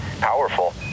powerful